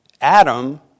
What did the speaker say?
Adam